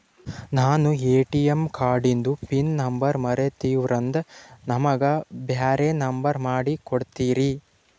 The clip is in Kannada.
ನಾನು ಎ.ಟಿ.ಎಂ ಕಾರ್ಡಿಂದು ಪಿನ್ ನಂಬರ್ ಮರತೀವಂದ್ರ ನಮಗ ಬ್ಯಾರೆ ನಂಬರ್ ಮಾಡಿ ಕೊಡ್ತೀರಿ?